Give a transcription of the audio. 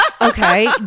Okay